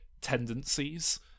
tendencies